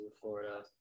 Florida